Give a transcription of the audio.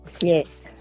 yes